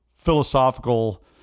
philosophical